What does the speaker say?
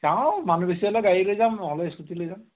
যাওঁ মানুহ বেছি হ'লে গাড়ী লৈ যাম নহ'লে স্কুটি লৈ যাম